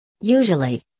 Usually